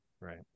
Right